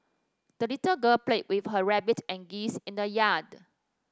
the little girl played with her rabbit and geese in the yard